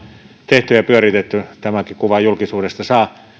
tehty ja pyöritetty tämänkin kuvan julkisuudesta saa